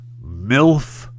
MILF